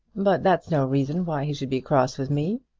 but that's no reason why he should be cross with me.